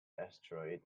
asteroid